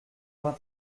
vingt